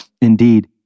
indeed